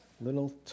Little